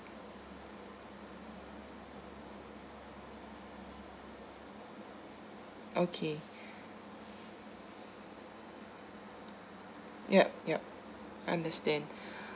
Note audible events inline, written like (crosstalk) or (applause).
okay yup yup understand (breath)